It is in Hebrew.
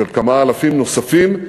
של כמה אלפים נוספים.